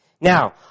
Now